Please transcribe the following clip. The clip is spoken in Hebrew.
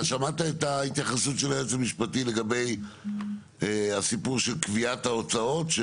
אתה שמעת את ההתייחסות של היועץ המשפטי לגבי הסיפור של קביעת ההוצאת.